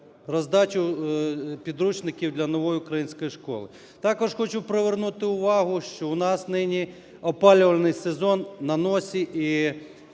роздачу підручників для "Нової української школи". Також хочу привернути увагу, що у нас нині опалювальний сезон на носі